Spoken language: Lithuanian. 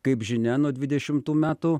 kaip žinia nuo dvidešimtų metų